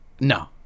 No